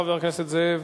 חבר הכנסת זאב,